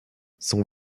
son